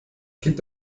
gibt